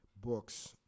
books